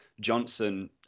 Johnson